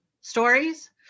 stories